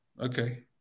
okay